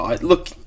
Look